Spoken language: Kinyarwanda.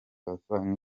aca